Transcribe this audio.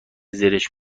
زرشک